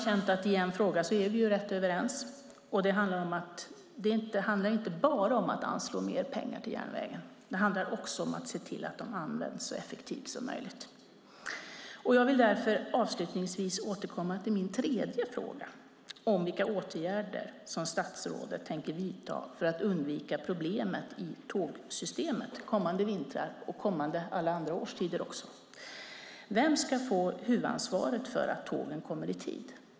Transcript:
I en fråga är vi rätt överens, har jag känt: Det handlar inte bara om att anslå mer pengar till järnvägen. Det handlar också om att se till att de används så effektivt som möjligt. Jag vill därför avslutningsvis återkomma till min tredje fråga om vilka åtgärder statsrådet tänker vidta för att undvika problemet i tågsystemet kommande vintrar och också alla andra årstider. Vem ska få huvudansvaret för att tågen kommer i tid?